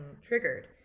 triggered